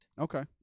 Okay